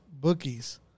bookies